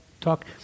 talk